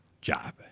job